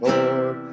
Lord